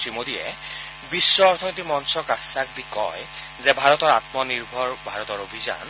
শ্ৰী মোদীয়ে বিশ্ব অৰ্থনৈতিক মঞ্চক আশ্বস দি কয় যে ভাৰতৰ আম্ম নিৰ্ভৰ ভাৰত অভিষান